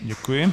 Děkuji.